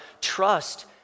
trust